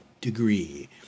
degree